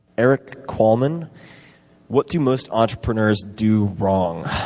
eric kaulman what do most entrepreneurs do wrong?